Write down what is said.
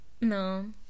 No